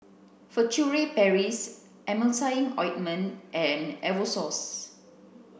Furtere Paris Emulsying Ointment and Novosource